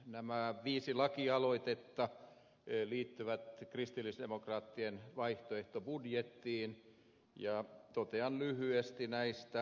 nämä viisi lakialoitetta liittyvät kristillisdemokraattien vaihtoehtobudjettiin ja totean lyhyesti näistä